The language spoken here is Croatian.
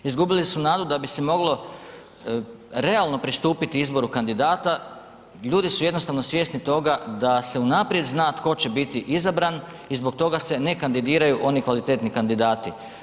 Izgubili su nadu da bi se moglo realno pristupiti izboru kandidata, ljudi su jednostavno svjesni toga da se unaprijed zna tko će biti izabran i zbog toga se ne kandidiraju oni kvalitetni kandidati.